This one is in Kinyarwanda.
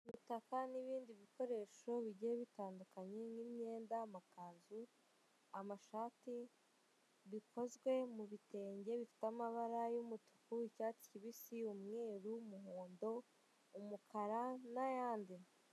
Umutaka n'ibindi bikoresho bigiye bitandukanye n'imyenda amakanzu, amashati, bikozwe mu bi bitenge bifite amabara y'umutuku, icyatsi kibisi umweru umuhondo n'umukara n'ayandi.